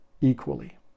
equally